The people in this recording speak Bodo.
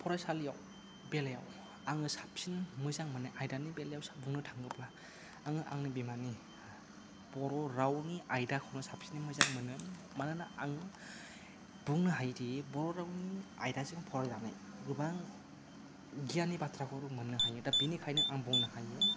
दा फरायसालिआव बेलायाव आङो साबसिन मोजां मोननाय आयदानि बेलायाव बुंनो थाङोब्ला आङो आंनि बिमानि बर' रावनि आयदाखौ साबसिनै मोजां मोनो मानोना आं बुंनो हायो दि बर' रावनि आयदाजों फरायलांनाय गोबां गियाननि बाथ्राखौ मोननो हायो दा बिनिखायनो आं बुङो हायो